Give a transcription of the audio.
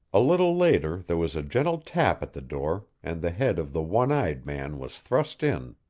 a little later there was a gentle tap at the door, and the head of the one-eyed man was thrust in.